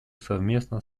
совместно